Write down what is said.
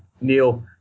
Neil